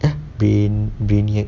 ya brain Brainiac